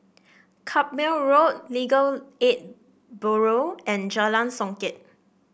Carpmael Road Legal Aid Bureau and Jalan Songket